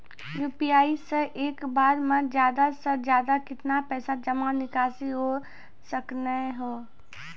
UPI से एक बार मे ज्यादा से ज्यादा केतना पैसा जमा निकासी हो सकनी हो?